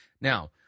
Now